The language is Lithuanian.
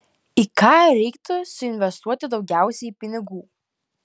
į ką reiktų suinvestuoti daugiausiai pinigų